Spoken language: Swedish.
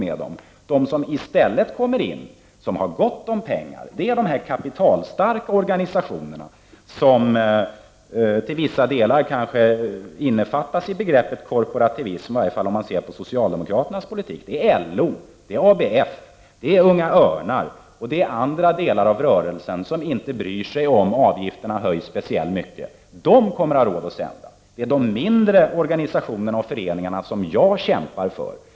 De som kommer in i stället, de som har gott om pengar, det är de kapitalstarka organisationer som kanske till vissa delar innefattas i begreppet korporativism, i alla fall vad gäller de med anknytning till socialdemokraternas politik, nämli gen LO, ABF, Unga örnar och andra delar av rörelsen som inte speciellt mycket bryr sig om ifall avgifterna höjs. Dessa organisationer kommer att ha råd att sända. Herr Göransson nämnde ingenting om detta ens i sitt andra inlägg, trots att jag upprepade mina frågor. Men det är de mindre organisationerna och föreningarna som jag kämpar för.